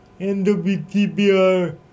NWTBR